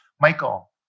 Michael